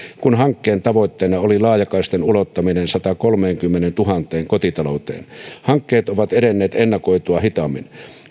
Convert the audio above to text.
kun hankkeen tavoitteena oli laajakaistan ulottaminen sataankolmeenkymmeneentuhanteen kotitalouteen hankkeet ovat edenneet ennakoitua hitaammin